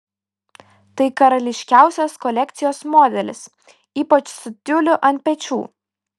tai karališkiausias kolekcijos modelis ypač su tiuliu ant pečių